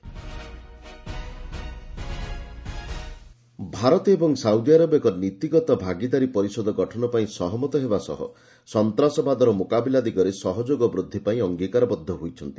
PM Saudi Arab Bharat ଏବଂ Saudi Arab ଏକ ନୀତିଗତ ଭାଗିଦାରୀ ପରିଷଦ ଗଠନ ପାଇଁ ସହମତ ହେବା ସହ ସନ୍ତାସବାଦର ମୁକାବିଲା ଦିଗରେ ସହଯୋଗ ବୃଦ୍ଧି ପାଇଁ ଅଙ୍ଗୀକାରବଦ୍ଧ ହୋଇଛନ୍ତି